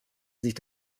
sich